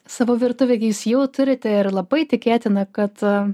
savo virtuvėj jūs jau turite ir labai tikėtina kad